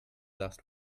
last